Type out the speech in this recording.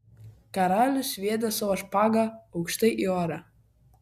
karalius sviedė savo špagą aukštai į orą